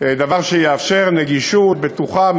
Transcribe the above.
דבר שיאפשר נגישות בטוחה,